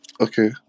okay